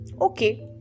Okay